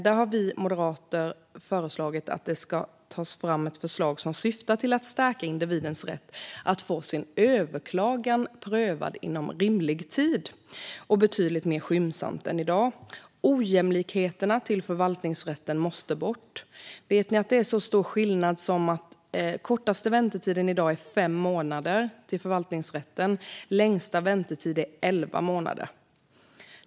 Där har vi moderater föreslagit att det ska tas fram ett förslag som syftar till att stärka individens rätt att få sin överklagan prövad inom rimlig tid och betydligt mer skyndsamt än i dag. Ojämlikheterna när det gäller förvaltningsrätten måste bort. Vet ni att det är stor skillnad? Den kortaste väntetiden i dag, när det gäller förvaltningsrätten, är fem månader. Den längsta väntetiden är elva månader.